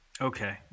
Okay